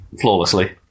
flawlessly